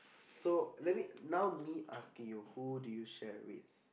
so let me now me asking you who do you share with